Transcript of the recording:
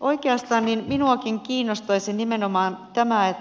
oikeastaan minuakin kiinnostaisi nimenomaan tämä